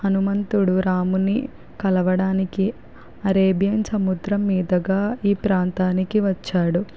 హనుమంతుడు రాముని కలవడానికి అరేబియన్ సముద్రం మీదగా ఈ ప్రాంతానికి వచ్చాడు